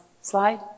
slide